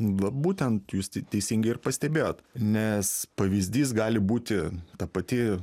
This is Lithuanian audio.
va būtent jus ti teisingai ir pastebėjot nes pavyzdys gali būti ta pati